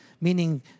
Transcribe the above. Meaning